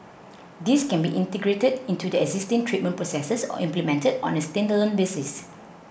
these can be integrated into their existing treatment processes or implemented on a standalone basis